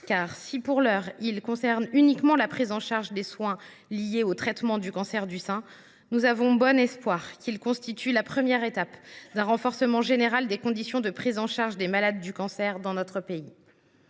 proposition de loi ne concerne que la prise en charge des soins liés au traitement du cancer du sein, nous avons bon espoir qu’elle constitue la première étape d’un renforcement général des conditions de prise en charge des malades du cancer dans notre pays.